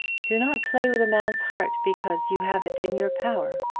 do not play with a man's heart because you have it in your power.